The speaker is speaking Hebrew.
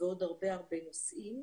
ועוד הרבה הרבה נושאים.